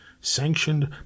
sanctioned